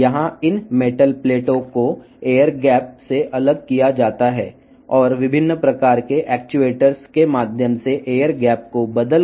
ఇక్కడ ఈ మెటల్ ప్లేట్లు గాలి అంతరం ద్వారా వేరు చేయబడతాయి